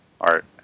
art